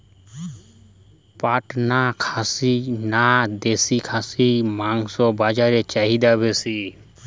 পাটনা খাসি না দেশী খাসির মাংস বাজারে চাহিদা বেশি?